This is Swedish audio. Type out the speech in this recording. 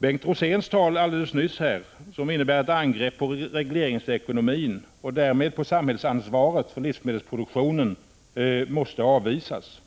Bengt Roséns tal alldeles nyss, som innebar ett angrepp på regleringsekonomin och därmed på samhällsansvaret för livsmedelsproduktionen, måste avvisas.